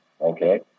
okay